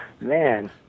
man